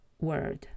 word